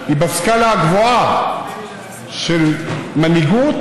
בשל החשש הזה אוכל רב ואיכותי נזרק ומתבזבז,